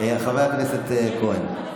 חבר הכנסת כהן.